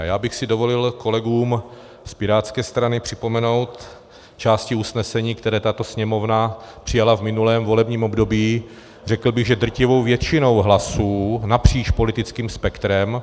Já bych si dovolil kolegům z pirátské strany připomenout části usnesení, které tato Sněmovna přijala v minulém volebním období, řekl bych že drtivou většinou hlasů napříč politickým spektrem.